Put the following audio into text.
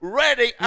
ready